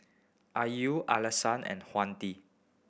Ayu Alyssa and Hayati